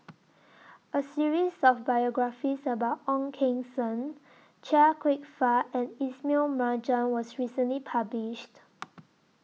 A series of biographies about Ong Keng Sen Chia Kwek Fah and Ismail Marjan was recently published